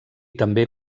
també